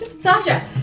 Sasha